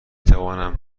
توانم